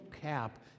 cap